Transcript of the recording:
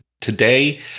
Today